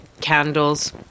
candles